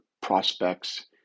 prospects